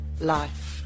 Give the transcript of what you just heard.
life